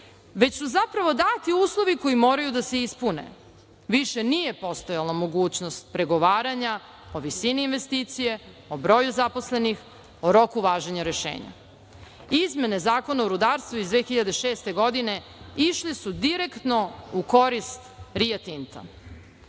već su zapravo dati uslovi koji moraju da se ispune. Više nije postojala mogućnost pregovaranja o visini investicije, o broju zaposlenih, o roku važenja rešenja. Izmene Zakona o rudarstvu iz 2006. godine išli su direktno u korist Rio Tinta,